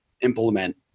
implement